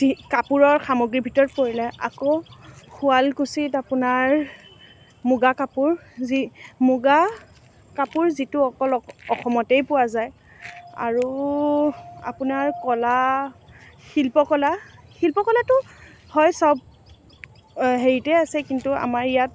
কাপোৰৰ সামগ্ৰীৰ ভিতৰত পৰিলে আকৌ শুৱালকুছিত আপোনাৰ মুগাৰ কাপোৰ যি মুগা কাপোৰ যিটো অকল অস অসমতেই পোৱা যায় আৰু আপোনাৰ কলা শিল্পকলা শিল্পকলাটো হয় সব অ হেৰিতেই আছে কিন্তু আমাৰ ইয়াত